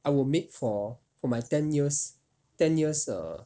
I will make for for my ten years ten years err